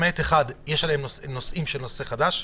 למעט אחת, יש עליהן טענת נושא חדש.